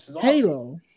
Halo